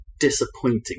disappointing